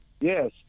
yes